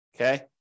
Okay